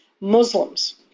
Muslims